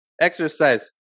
exercise